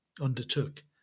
undertook